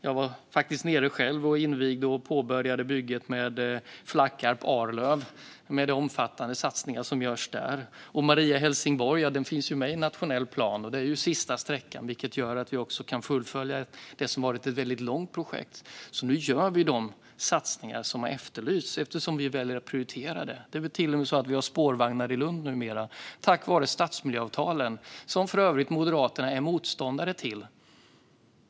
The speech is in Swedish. Jag invigde själv och påbörjade bygget med sträckan Flackarp-Arlöv. Det är omfattande satsningar som görs där. Sträckan Maria-Helsingborg finns med i nationell plan. Det är sista sträckan, vilket gör att vi kan fullfölja det som har varit ett långt projekt. Nu gör vi de satsningar som har efterlysts eftersom vi väljer att prioritera dem. Det finns numera till och med spårvagnar i Lund. Det är tack vare stadsmiljöavtalen, som för övrigt Moderaterna är motståndare till.